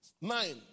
Nine